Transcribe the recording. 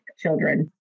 children